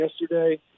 yesterday